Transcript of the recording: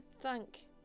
thank